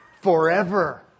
forever